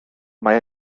mae